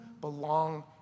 belong